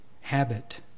habit